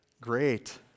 Great